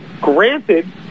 granted